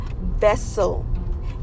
vessel